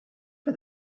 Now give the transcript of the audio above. for